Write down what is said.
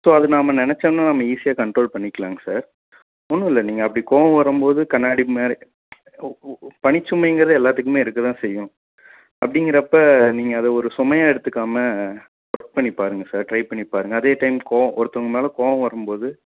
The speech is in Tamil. ஸோ அது நாம் நினச்சோன்னா நம்ம ஈஸியாக கண்ட்ரோல் பண்ணிக்கலாங்க சார் ஒன்றும் இல்லை நீங்கள் அப்படி கோவம் வரும்போது கண்ணாடி முன்னாடி பணிச்சுமைங்கிறது எல்லாத்துக்குமே இருக்கதான் செய்யும் அப்படிங்கறப்ப நீங்கள் அதை ஒரு சுமையாக எடுத்துக்காமல் ஒர்க் பண்ணி பாருங்க சார் ட்ரை பண்ணி பாருங்க அதே டைம் கோவம் ஒருத்தவங்க மேலே கோவம் வரும்போது